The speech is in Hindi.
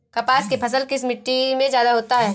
कपास की फसल किस मिट्टी में ज्यादा होता है?